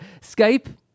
Skype